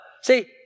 see